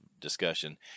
discussion